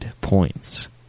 points